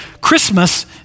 Christmas